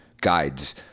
guides